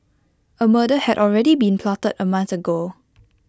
A murder had already been plotted A month ago